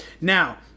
Now